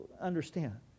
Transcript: understand